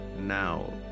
Now